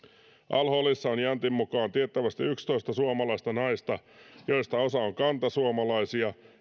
al holissa on jäntin mukaan tiettävästi yksitoista suomalaista naista joista osa on kantasuomalaisia